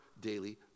daily